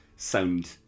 Sound